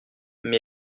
mais